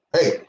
Hey